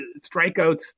Strikeouts